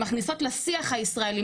מכניסות לשיח הישראלי,